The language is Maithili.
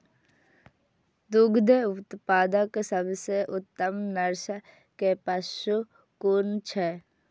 दुग्ध उत्पादक सबसे उत्तम नस्ल के पशु कुन छै?